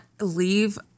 leave